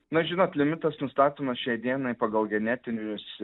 na žinot limitas nustatomas šiai dienai pagal genetinius